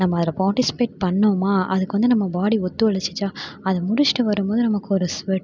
நம்ம அதில் பார்ட்டிஸ்பேட் பண்ணுணோமா அதுக்கு வந்து நம்ம பாடி ஒத்துழைச்சிச்சா அது முடிச்சுட்டு வரும் போது நமக்கு ஒரு ஸ்வெட்டும்